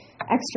extra